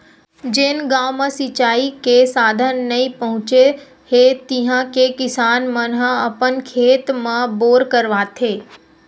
जेन गाँव म सिचई के साधन नइ पहुचे हे तिहा के किसान मन ह अपन खेत म बोर करवाथे